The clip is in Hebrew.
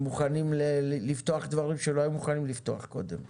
מוכנים לפתוח דברים שלא היו מוכנים לפתוח קודם לכן.